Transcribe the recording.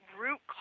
root